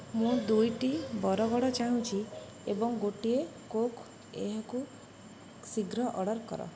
ମୁଁ ଦୁଇଟି ବରଗର୍ ଚାହୁଁଛି ଏବଂ ଗୋଟିଏ କୋକ୍ ଏହାକୁ ଶୀଘ୍ର ଅର୍ଡ଼ର୍ କର